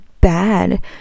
bad